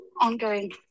ongoing